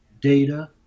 data